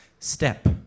Step